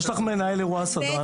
יש לך מנהל אירוע סדרן.